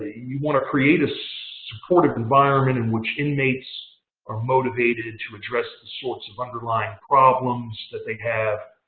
you want to create a supportive environment in which inmates are motivated to address the sorts of underlying problems that they have.